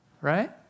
right